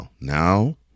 now